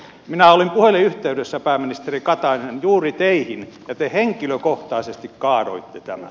minä olin puhelinyhteydessä pääministeri katainen juuri teihin ja te henkilökohtaisesti kaadoitte tämän